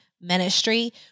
ministry